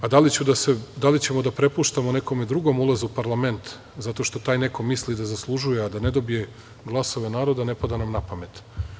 A da li ćemo da prepuštamo nekom drugom ulaz u parlament zato što taj neko misli da zaslužuje a da ne dobije glasove naroda, ne pada nam napamet.